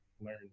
learn